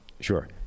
Sure